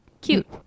cute